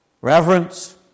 reverence